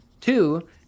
Two